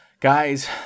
guys